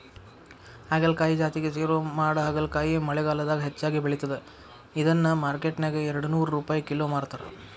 ಹಾಗಲಕಾಯಿ ಜಾತಿಗೆ ಸೇರೋ ಮಾಡಹಾಗಲಕಾಯಿ ಮಳೆಗಾಲದಾಗ ಹೆಚ್ಚಾಗಿ ಬೆಳಿತದ, ಇದನ್ನ ಮಾರ್ಕೆಟ್ನ್ಯಾಗ ಎರಡನೂರ್ ರುಪೈ ಕಿಲೋ ಮಾರ್ತಾರ